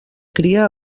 cria